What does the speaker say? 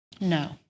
No